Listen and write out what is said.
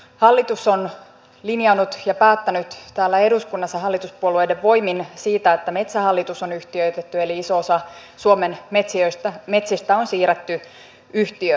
hallitus on linjannut ja päättänyt täällä eduskunnassa hallituspuolueiden voimin siitä että metsähallitus on yhtiöitetty eli iso osa suomen metsistä on siirretty yhtiöön